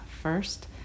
first